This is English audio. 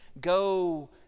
go